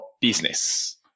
business